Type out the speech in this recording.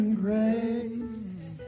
grace